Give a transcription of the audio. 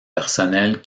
personnelles